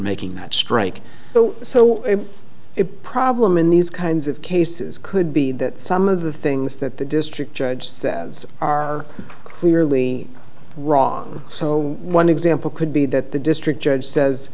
making that strike so so it problem in these kinds of cases could be that some of the things that the district judge says are clearly wrong so one example could be that the district judge says